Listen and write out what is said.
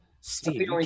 Steve